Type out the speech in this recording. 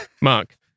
Mark